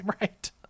right